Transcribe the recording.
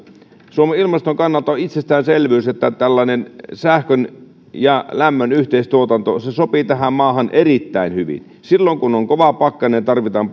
suomen ilmaston kannalta on itsestäänselvyys että tällainen sähkön ja lämmön yhteistuotanto sopii tähän maahan erittäin hyvin silloin kun on kova pakkanen tarvitaan